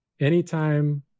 anytime